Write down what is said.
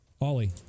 Ollie